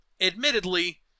Admittedly